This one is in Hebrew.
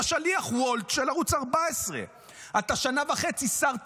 אתה שליח וולט של ערוץ 14. אתה שנה וחצי שר תקשורת,